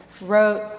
wrote